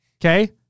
okay